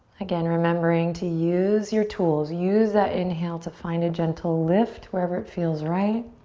again, remembering to use your tools, use that inhale to find a gentle lift wherever it feels right.